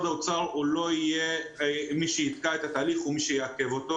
האוצר לא יהיה מי שיתקע את התהליך או יעכב אותו,